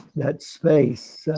that space.